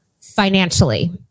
financially